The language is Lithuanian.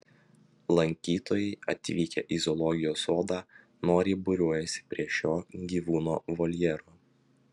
lankytojai atvykę į zoologijos sodą noriai būriuojasi prie šio gyvūno voljero